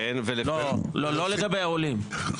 לא לגבי העולים.